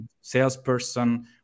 salesperson